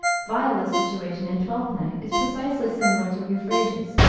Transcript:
viola's situation in twelfth night is precisely similar to euphrasia's,